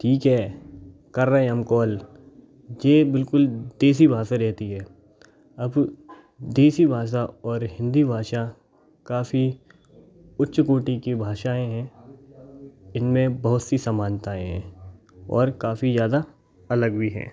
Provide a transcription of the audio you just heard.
ठीक है कर रहें है हम कॉल ये बिल्कुल देसी भाषा रहती है अब देसी भाषा और हिन्दी भाषा काफ़ी उच्च कोटी की भाषाएं है इन में बहुत सी समानताएं हैं और काफ़ी ज़्यादा अलग भी हैं